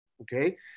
okay